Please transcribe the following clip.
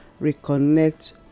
reconnect